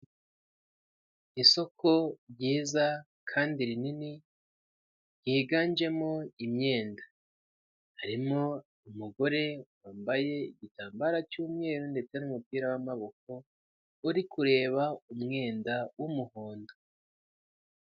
Mu isoko harimo ibintu byinshi bitandukanye: ibitenge, ijipo, imipira,n' amakabutura, n'amabara agiye atandukanye ,hasi hariho utuntu turimo tudoze mu bwoko tugiye dutandukanye, hariho umucyeka urambuye ahantu hejuru.